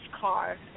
car